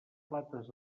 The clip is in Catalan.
plates